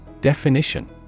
Definition